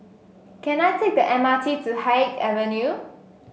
can I take the M R T to Haig Avenue